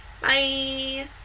Bye